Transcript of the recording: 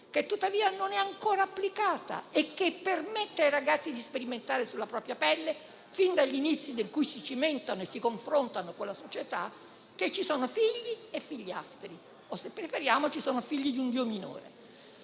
e tuttavia non è ancora applicata), che permette ai ragazzi di sperimentare sulla propria pelle, fin dagli inizi in cui si cimentano e si confrontano con la società, che ci sono figli e figliastri o, se preferiamo, figli di un dio minore.